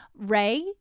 ray